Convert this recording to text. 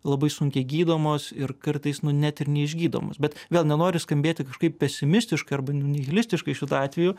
labai sunkiai gydomos ir kartais nu net ir neišgydomos bet vėl nenoriu skambėti kažkaip pesimistiškai arba nihilistiškai šituo atveju